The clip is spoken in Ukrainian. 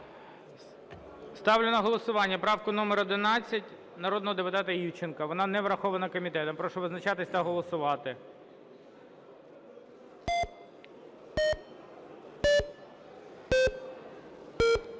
Ставлю на голосування правку номер 11 народного депутата Івченка. Вона не врахована комітетом. Прошу визначатись та голосувати.